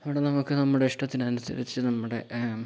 അവിടെ നമുക്ക് നമ്മുടെ ഇഷ്ടത്തിനനുസരിച്ച് നമ്മുടെ